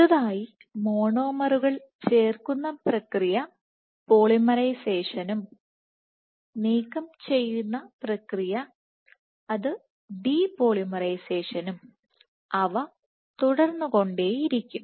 പുതുതായി മോണോമറുകൾ ചേർക്കുന്ന പ്രക്രിയ പോളിമറൈസേഷനും നീക്കം ചെയ്യുന്ന പ്രക്രിയ അത് ഡിപോളിമറൈസേഷനും അവ തുടർന്നുകൊണ്ടേയിരിക്കും